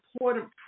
important